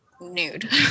nude